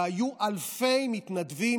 והיו אלפי מתנדבים,